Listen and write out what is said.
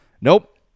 Nope